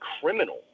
criminal